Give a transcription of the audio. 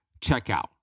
checkout